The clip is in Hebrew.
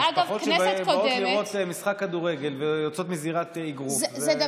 משפחות שבאות לראות משחק כדורגל יוצאות מזירת אגרוף זה מזעזע.